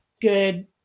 good